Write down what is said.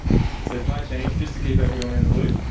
it says hi team, just to keep everyone in the loop.